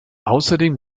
außerdem